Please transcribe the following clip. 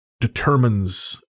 determines